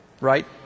right